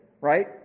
right